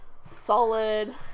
solid